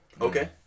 Okay